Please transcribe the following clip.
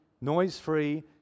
noise-free